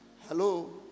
Hello